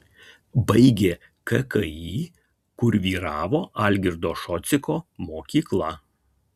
baigė kki kur vyravo algirdo šociko mokykla